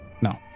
No